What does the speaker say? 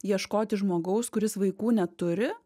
ieškoti žmogaus kuris vaikų neturi